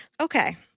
Okay